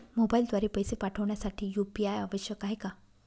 मोबाईलद्वारे पैसे पाठवण्यासाठी यू.पी.आय आवश्यक आहे का?